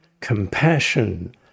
compassion